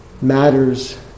matters